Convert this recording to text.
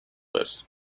list